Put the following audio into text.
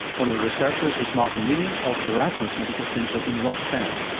one of the researchers was maarten leening of erasmus medical centre in rotterdam.